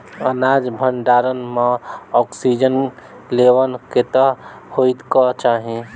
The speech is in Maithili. अनाज भण्डारण म ऑक्सीजन लेवल कतेक होइ कऽ चाहि?